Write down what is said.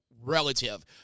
relative